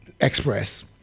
express